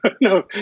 No